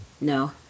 no